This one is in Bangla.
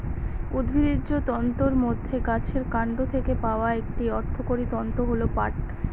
উদ্ভিজ্জ তন্তুর মধ্যে গাছের কান্ড থেকে পাওয়া একটি অর্থকরী তন্তু হল পাট